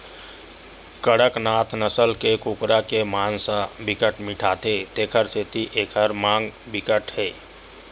कड़कनाथ नसल के कुकरा के मांस ह बिकट मिठाथे तेखर सेती एखर मांग बिकट हे